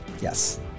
Yes